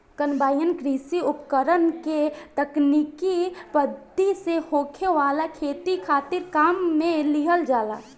combine कृषि उपकरण के तकनीकी पद्धति से होखे वाला खेती खातिर काम में लिहल जाला